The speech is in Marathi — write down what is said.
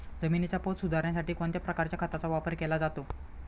जमिनीचा पोत सुधारण्यासाठी कोणत्या प्रकारच्या खताचा वापर केला जातो?